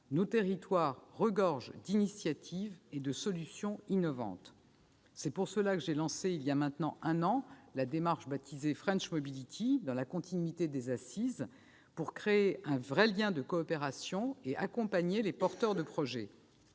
nos territoires regorgent d'initiatives et de solutions innovantes. C'est pour cela que j'ai lancé voilà maintenant un an la démarche baptisée French Mobility dans la continuité des Assises, pour créer un vrai lien de coopération et accompagner les porteurs de projet.